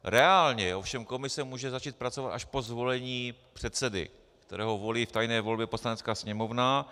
Reálně ovšem komise může začít pracovat až po zvolení předsedy, kterého volí v tajné volbě Poslanecká sněmovna.